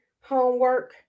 homework